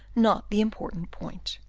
not the important point.